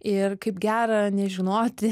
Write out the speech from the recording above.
ir kaip gera nežinoti